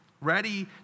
ready